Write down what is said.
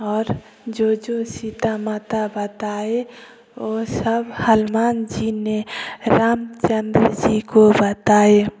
और जो जो सीता माता बताए ओ सब हनुमान जी ने रामचंद्र जी को बताए